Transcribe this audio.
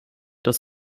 dass